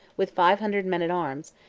with five hundred men at arms,